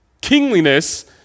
kingliness